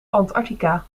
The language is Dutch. antarctica